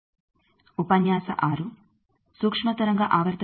6ನೇ ಉಪನ್ಯಾಸಕ್ಕೆ ಸ್ವಾಗತ